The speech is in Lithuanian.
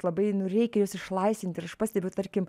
labai nu reikia juos išlaisvint ir aš pastebiu tarkim